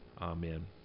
amen